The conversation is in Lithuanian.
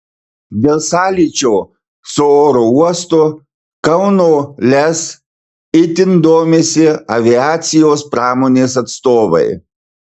dėl sąlyčio su oro uostu kauno lez itin domisi aviacijos pramonės atstovai